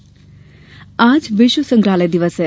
संग्रहालय दिवस आज विश्व संग्रहालय दिवस है